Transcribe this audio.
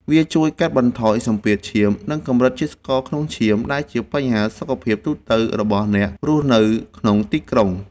វាជួយកាត់បន្ថយសម្ពាធឈាម និងកម្រិតជាតិស្ករក្នុងឈាម ដែលជាបញ្ហាសុខភាពទូទៅរបស់អ្នករស់នៅក្នុងទីក្រុង។